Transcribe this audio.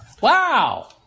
Wow